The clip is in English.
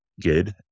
good